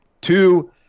Two